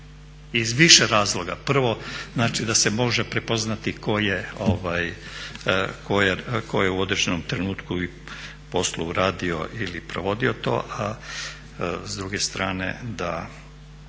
iz više razloga. Prvo, znači da se može prepoznati ko je u određenom trenutku i poslu radio ili provodio to, a s druge strane da